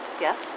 Yes